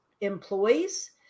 employees